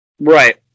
right